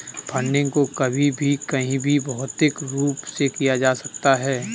funding को कभी भी कहीं भी भौतिक रूप से किया जा सकता है